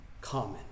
common